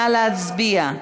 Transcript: נא להצביע.